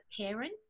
parent